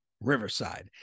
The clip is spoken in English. Riverside